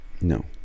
no